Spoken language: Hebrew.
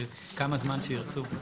כמה זמן שירצו?